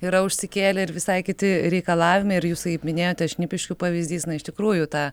yra užsikėlę ir visai kiti reikalavimai ir jūs minėjote šnipiškių pavyzdys na iš tikrųjų tą